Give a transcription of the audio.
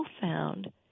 found